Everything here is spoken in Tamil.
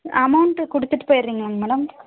அமௌண்ட் கொடுத்துட்டு போயிடுவிங்களா மேடம்